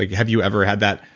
ah have you ever had that,